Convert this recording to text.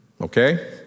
Okay